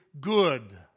good